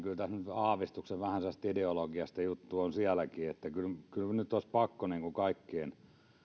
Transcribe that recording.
aavistuksen vähän sellaista ideologista juttua on kyllä nyt olisi pakko kaikkien